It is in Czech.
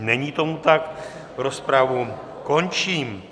Není tomu tak, rozpravu končím.